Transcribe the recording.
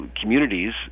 communities